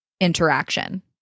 interaction